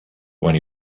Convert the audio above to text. when